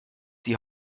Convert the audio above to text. die